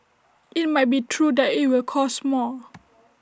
IT might be true that IT will cost more